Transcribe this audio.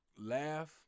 laugh